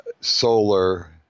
solar